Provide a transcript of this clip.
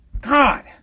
God